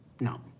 no